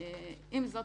עם זאת,